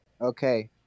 okay